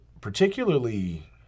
particularly